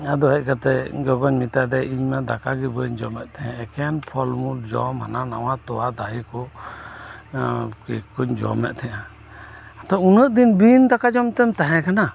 ᱟᱫᱚ ᱦᱮᱡ ᱠᱟᱛᱮᱜ ᱤᱧ ᱜᱚᱜᱚᱧ ᱢᱮᱛᱟ ᱫᱮᱭᱟ ᱤᱧᱢᱟ ᱫᱟᱠᱟ ᱜᱤ ᱵᱟᱹᱧ ᱡᱚᱢᱮᱫ ᱛᱟᱦᱮᱸᱜ ᱮᱠᱮᱱ ᱯᱷᱚᱞᱢᱩᱞ ᱡᱚᱢ ᱦᱟᱱᱟ ᱱᱟᱣᱟ ᱛᱚᱣᱟ ᱫᱟᱦᱤᱠᱩ ᱠᱮᱠᱠᱩᱧ ᱡᱚᱢᱮᱫ ᱛᱟᱦᱮᱸᱜᱼᱟ ᱟᱫᱚ ᱩᱱᱟᱹᱜ ᱫᱤᱱ ᱵᱤᱱ ᱫᱟᱠᱟ ᱡᱚᱢ ᱛᱮᱢ ᱛᱟᱦᱮᱸ ᱠᱟᱱᱟ